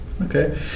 Okay